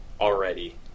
already